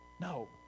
No